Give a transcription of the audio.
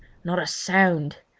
not a sound!